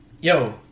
Yo